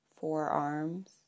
forearms